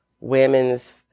women's